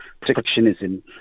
protectionism